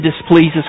displeases